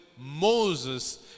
Moses